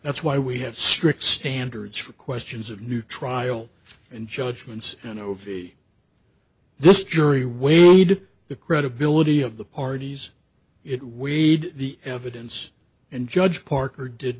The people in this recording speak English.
that's why we have strict standards for questions of new trial and judgments and ovi this jury weighed the credibility of the parties it weighed the evidence and judge parker did